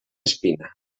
espina